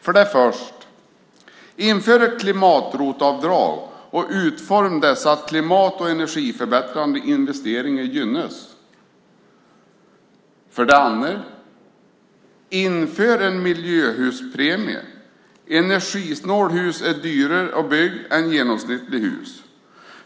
För det första: Inför ett klimat-ROT-avdrag och utforma det så att klimat och energiförbättrande investeringar gynnas. För det andra: Inför en miljöhuspremie. Energisnåla hus är dyrare att bygga än genomsnittliga hus.